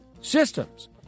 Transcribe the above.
systems